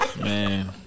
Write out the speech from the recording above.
Man